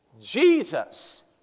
Jesus